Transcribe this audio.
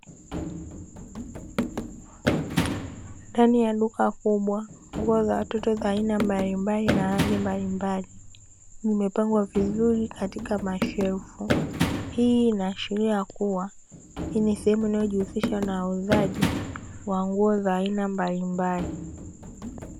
Ndani ya duka kubwa nguo za watoto za aina mbalimbali na rangi mbalimbali zimepangwa vizuri katika mashelfu, hii inaashiria kuwa hii ni sehemu inayojihusisha na uuzaji wa nguo za aina mbalimbali.